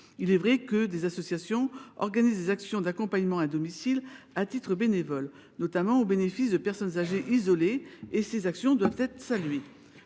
Il est vrai que des associations organisent des actions d’accompagnement à domicile à titre bénévole, notamment au bénéfice de personnes âgées isolées, et ces actions doivent être saluées.